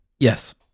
Yes